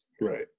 Right